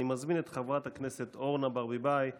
מאת חברי הכנסת יבגני סובה,